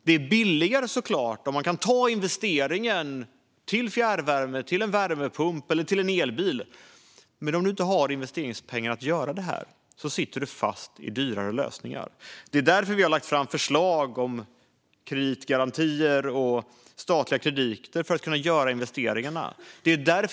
Det blir billigare om man kan investera i fjärrvärme, värmepump eller elbil, men om man saknar investeringspengar sitter man fast i dyra lösningar. Därför har vi lagt fram förslag om kreditgarantier och statliga krediter för att investeringarna ska kunna göras.